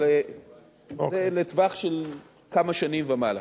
אבל זה לטווח של כמה שנים ומעלה.